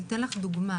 אני אתן לך דוגמא,